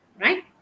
right